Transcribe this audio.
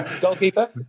goalkeeper